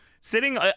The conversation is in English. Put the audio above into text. sitting